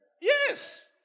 Yes